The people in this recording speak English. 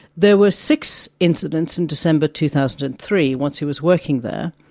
there were six incidents in december two thousand and three, once he was working there,